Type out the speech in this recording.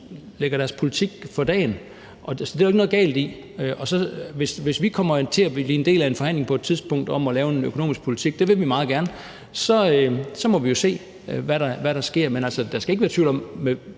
lægger deres politik frem. Det er der jo ikke noget galt i. Hvis vi kommer til at blive en del af en forhandling på et tidspunkt om at lave en økonomisk politik – det vil vi meget gerne – så må vi jo se, hvad der sker. Men der skal ikke herske tvivl om,